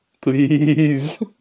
Please